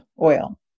oil